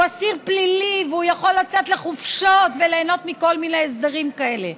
הוא אסיר פלילי והוא יכול לצאת לחופשות וליהנות מכל מיני הסדרים כאלה.